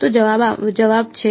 તો જવાબ છે